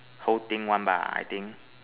whole thing one bar I think